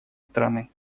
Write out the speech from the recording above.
страны